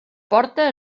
porta